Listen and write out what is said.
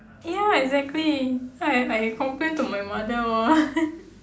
ya exactly so I I complain to my mother lor